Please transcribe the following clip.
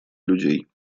людей